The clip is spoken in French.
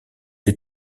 les